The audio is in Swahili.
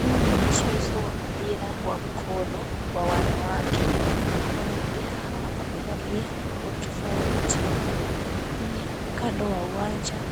Huu ni mchezo wa mpira wa mkono wa wanawake. Wanawake hawa wamevalia nguo tofauti na pia kando wa uwanja